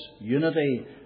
unity